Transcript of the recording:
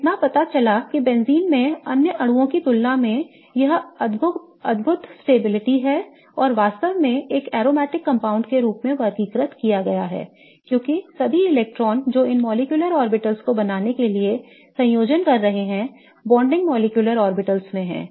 अब इतना पता चला है कि बेंजीन में अन्य अणुओं की तुलना में यह अद्भुत स्थिरता है और वास्तव में एक अरोमैटिक कंपाउंड्स के रूप में वर्गीकृत किया गया है क्योंकि सभी इलेक्ट्रॉन जो इन molecular orbitals को बनाने के लिए संयोजन कर रहे हैं bonding molecular orbitals में हैं